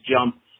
jump